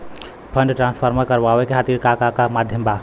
Fund transfer करवाये खातीर का का माध्यम बा?